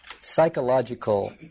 psychological